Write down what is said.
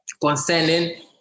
concerning